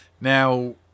Now